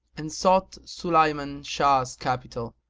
and sought sulayman shah's capital.